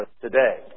today